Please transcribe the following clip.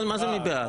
מה זה "מי בעד"?